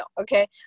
Okay